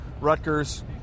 Rutgers